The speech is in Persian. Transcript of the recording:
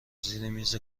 زیرمیز